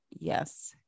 yes